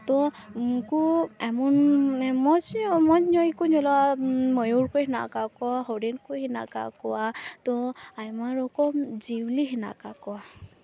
ᱛᱳ ᱩᱱᱠᱩ ᱮᱢᱚᱱ ᱢᱚᱸᱡ ᱧᱚᱜ ᱢᱚᱸᱡ ᱧᱚᱜ ᱜᱮᱠᱚ ᱧᱮᱞᱚᱜᱼᱟ ᱢᱚᱭᱩᱨ ᱠᱚ ᱢᱮᱱᱟᱜ ᱠᱟᱜ ᱠᱚᱣᱟ ᱦᱚᱨᱤᱱ ᱠᱚ ᱦᱮᱱᱟᱜ ᱟᱠᱟᱫ ᱠᱚᱣᱟ ᱛᱳ ᱟᱭᱢᱟ ᱨᱚᱠᱚᱢ ᱡᱤᱭᱟᱹᱞᱤ ᱢᱮᱱᱟᱜ ᱟᱠᱟᱫ ᱠᱚᱣᱟ